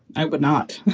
i would not,